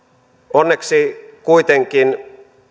onneksi kuitenkin